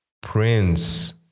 Prince